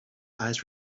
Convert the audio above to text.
eyes